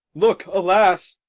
look, alas!